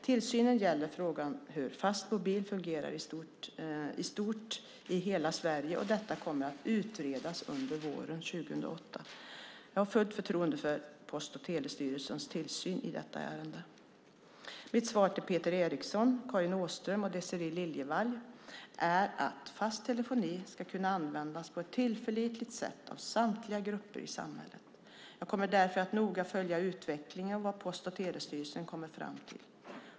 Tillsynen gäller frågan hur fastmobil fungerar i stort i hela Sverige, och detta kommer att utredas under våren 2008. Jag har fullt förtroende för Post och telestyrelsens tillsyn i detta ärende. Mitt svar till Peter Eriksson, Karin Åström och Désirée Liljevall är att fast telefoni ska kunna användas på ett tillförlitligt sätt av samtliga grupper i samhället. Jag kommer därför att noga följa utvecklingen och vad Post och telestyrelsen kommer fram till.